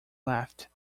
left